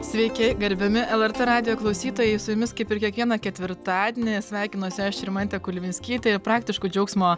sveiki garbiami lrt radijo klausytojai su jumis kaip ir kiekvieną ketvirtadienį sveikinuosi aš rimantė kulvinskytė ir praktiškų džiaugsmo